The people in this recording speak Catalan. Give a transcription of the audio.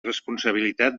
responsabilitat